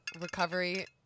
recovery